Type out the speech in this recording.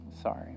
Sorry